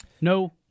no